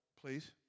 please